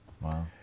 Wow